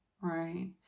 right